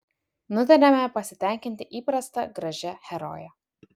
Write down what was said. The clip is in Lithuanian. nutarėme pasitenkinti įprasta gražia heroje